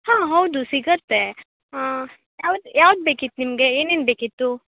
ಹಾಂ ಹೌದು ಸಿಗುತ್ತೆ ಯಾವ್ದು ಯಾವ್ದು ಬೇಕಿತ್ತು ನಿಮಗೆ ಏನೇನು ಬೇಕಿತ್ತು